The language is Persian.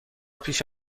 پیش